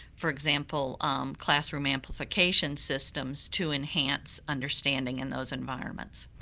for example um classroom amplification systems to enhance understanding in those environments.